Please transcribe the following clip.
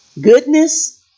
Goodness